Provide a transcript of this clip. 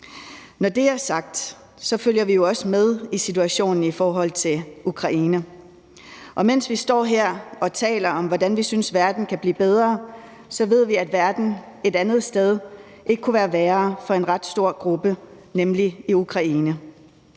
Når det er sagt, følger vi jo også med i situationen i forhold til Ukraine, og mens vi står her og taler om, hvordan vi synes verden kan blive bedre, så ved vi, at verden et andet sted ikke kunne være værre for en ret stor gruppe, nemlig i Ukraine.